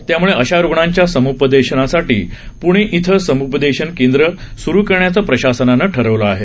त्यामुळे अशा रुग्णांच्या सम्पदेशनासाठी पूणे इथं सम्पदेशन केंद्र सुरू करण्याचं प्रशासनानं ठरवलं आहे